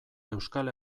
euskal